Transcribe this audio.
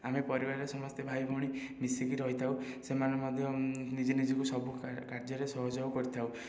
ଆମେ ପରିବାରରେ ସମସ୍ତେ ଭାଇ ଭଉଣୀ ମିଶିକି ରହିଥାଉ ସେମାନେ ମଧ୍ୟ ନିଜ ନିଜକୁ ସବୁ କାର୍ଯ୍ୟରେ ସହଯୋଗ କରିଥାଉ